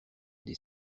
des